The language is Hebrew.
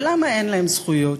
ולמה אין להם זכויות?